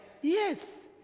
Yes